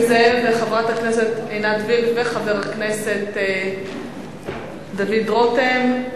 נסים זאב וחברת הכנסת עינת וילף וחבר הכנסת דוד רותם.